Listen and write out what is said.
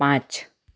पाँच